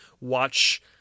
watch